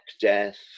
Death